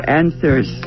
answers